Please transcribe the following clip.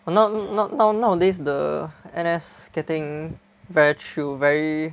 well now~ now~ now nowadays the N_S getting very chill very